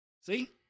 See